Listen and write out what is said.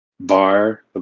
bar